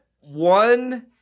One